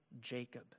Jacob